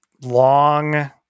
long